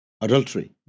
adultery